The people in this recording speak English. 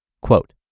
Quote